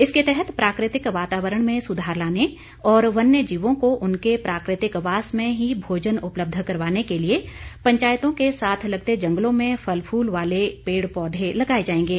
इसके तहत प्राकृतिक वातावरण में सुधार लाने और वन्य जीवों को उनके प्राकृतिकवास में ही भोजन उपलब्ध करवाने के लिए पंचायतों के साथ लगते जंगलों में फल फूल वाले पेड़ पौधे लगाए जाएंगे